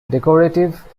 decorative